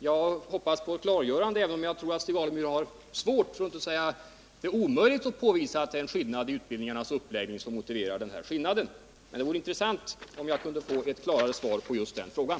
Jag hoppas på ett klargörande, även om jag tror att det är svårt, för att inte säga omöjligt, för Stig Alemyr att påvisa att det är en skillnad i utbildningens uppläggning som motiverar denna olikhet. Det vore intressant om jag kunde få ett klarare svar på just den frågan.